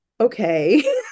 okay